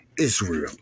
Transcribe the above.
Israel